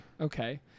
okay